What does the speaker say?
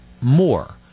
more